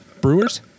Brewers